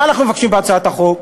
מה אנחנו מבקשים בהצעת החוק?